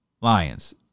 Lions